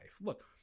Look